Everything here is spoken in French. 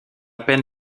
peine